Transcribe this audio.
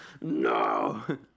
No